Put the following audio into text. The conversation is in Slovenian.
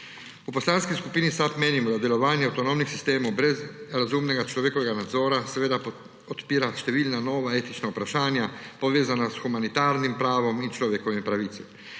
V Poslanski skupini SAB menimo, da delovanja avtonomnih sistemov brez razumnega človekovega nadzora seveda odpira številna nova etična vprašanja, povezana s humanitarnim pravom in človekovim pravicam.